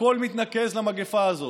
הכול מתנקז למגפה הזאת.